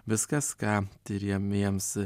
viskas ką tiriamiems